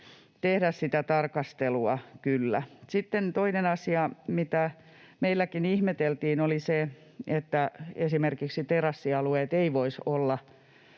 tehdä sitä tarkastelua kyllä. Sitten toinen asia, mitä meilläkin ihmeteltiin, oli se, että esimerkiksi terassialueet eivät voisi olla